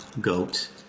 Goat